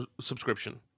subscription